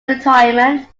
retirement